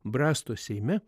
brastos seime